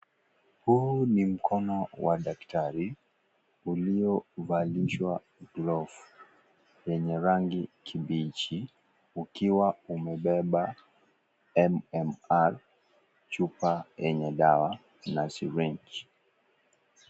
Huu ni mkono wa daktari, uliovalishwa glovsi, yenye rangi kibichi ukiwa umebeba MMR chupa yenye dawa na syringe.